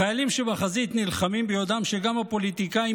החיילים שבחזית נלחמים ביודעם שגם הפוליטיקאים